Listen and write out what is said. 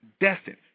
destined